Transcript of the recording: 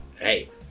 Hey